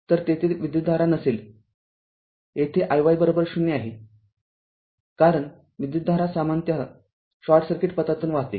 तर तेथे विद्युतधारा नसेल येथे iy ० आहे कारण विद्युतधारा सामान्यत शॉर्ट सर्किट पथातून वाहते